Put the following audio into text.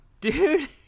Dude